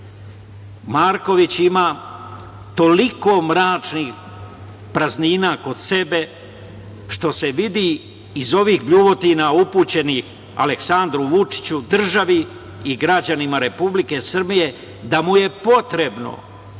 Marković ima toliko mračnih praznina kod sebe što se vidi iz ovih bljuvotina upućenih Aleksandru Vučiću, državi i građanima Republike Srbije, da mu je potrebno